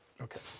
Okay